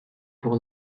pour